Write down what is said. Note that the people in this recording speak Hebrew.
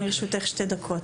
גם לרשותך שתי דקות.